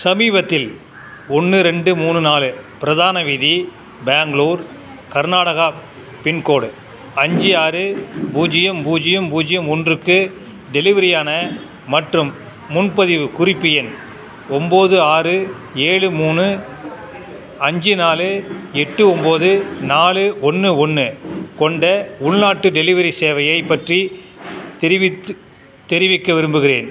சமீபத்தில் ஒன்று ரெண்டு மூணு நாலு பிரதான வீதி பெங்ளூர் கர்நாடகா பின்கோடு அஞ்சு ஆறு பூஜ்ஜியம் பூஜ்ஜியம் பூஜ்ஜியம் ஒன்றுக்கு டெலிவரியான மற்றும் முன்பதிவு குறிப்பு எண் ஒன்போது ஆறு ஏழு மூணு அஞ்சு நாலு எட்டு ஒன்போது நாலு ஒன்று ஒன்று கொண்ட உள்நாட்டு டெலிவரி சேவையைப் பற்றி தெரிவித்து தெரிவிக்க விரும்புகின்றேன்